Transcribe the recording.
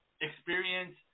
experience